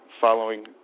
following